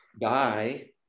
Die